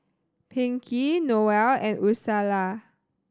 Pinkey Noelle and Ursula